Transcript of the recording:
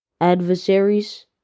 adversaries